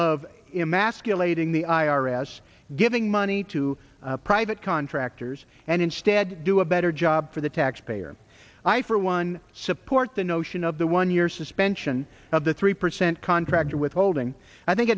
elating the i r s giving money to private contractors and instead do a better job for the taxpayer i for one support the notion of the one year suspension of the three percent contract or withholding i think